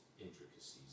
intricacies